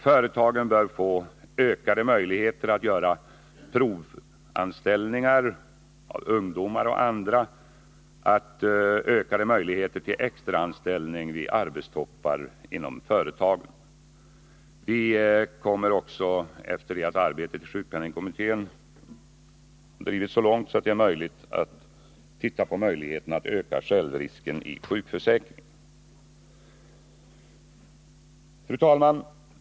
Företagen bör få ökade möjligheter att provanställa ungdomar och andra samt ökade möjligheter till extraanställning vid arbetstoppar inom företagen. Vi kommer också, efter det att arbetet i sjukpenningkommittén drivits så långt det är möjligt, att undersöka möjligheterna att öka självrisken i sjukförsäkringen. Fru talman!